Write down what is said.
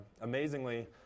amazingly